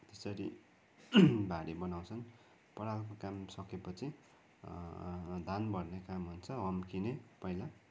त्यसरी भारी बनाउँछन् परालको काम सकेपछि धान भर्ने काम हुन्छ हम्किने पहिला